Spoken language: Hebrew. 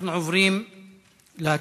אנחנו עוברים להצבעה.